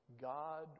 God